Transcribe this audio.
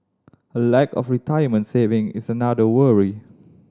a lack of retirement saving is another worry